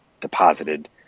deposited